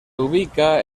ubica